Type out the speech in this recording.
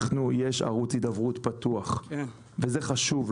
יש ערוץ הידברות פתוח, וזה חשוב.